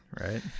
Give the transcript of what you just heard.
Right